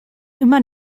immer